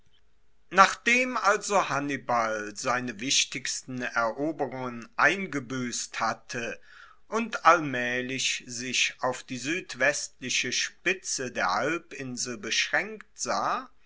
nachdem also hannibal seine wichtigsten eroberungen eingebuesst hatte und allmaehlich sich auf die suedwestliche spitze der halbinsel beschraenkt sah